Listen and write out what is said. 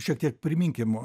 šiek tiek priminkim